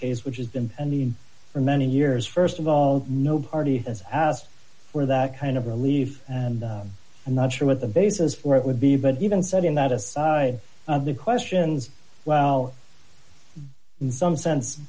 case which has been a need for many years st of all no party has asked for that kind of relief and i'm not sure what the basis for it would be but even setting that aside the questions well in some sense